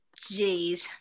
Jeez